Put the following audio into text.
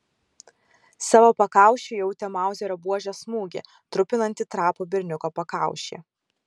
savo pakaušiu jautė mauzerio buožės smūgį trupinantį trapų berniuko pakaušį